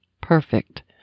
perfect